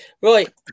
Right